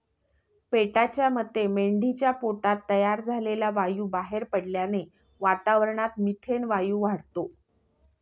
पेटाच्या मते मेंढीच्या पोटात तयार झालेला वायू बाहेर पडल्याने वातावरणात मिथेन वायू वाढतो